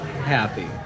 happy